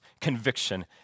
conviction